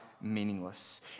meaningless